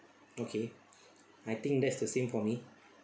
okay I think that's the same for me